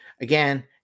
Again